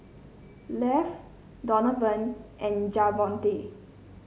Leif Donavon and Javonte